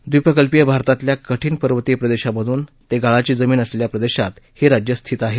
द्वीपकल्पीय भारतातल्या कठीण पर्वतीय प्रदेशापासून ते गाळाची जमीन असलेल्या प्रदेशात ही राज्यं स्थित आहेत